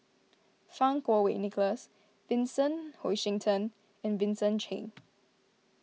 Fang Kuo Wei Nicholas Vincent Hoisington and Vincent Cheng